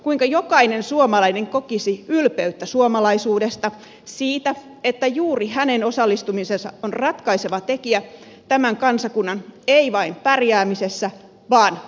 kuinka jokainen suomalainen kokisi ylpeyttä suomalaisuudesta siitä että juuri hänen osallistumisensa on ratkaiseva tekijä tämän kansakunnan ei vain pärjäämisessä vaan menestyksessä